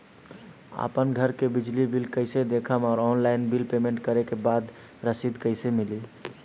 आपन घर के बिजली बिल कईसे देखम् और ऑनलाइन बिल पेमेंट करे के बाद रसीद कईसे मिली?